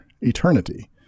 eternity